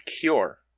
cure